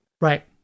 Right